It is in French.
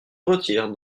retire